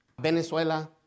Venezuela